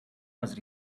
was